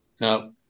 No